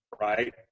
Right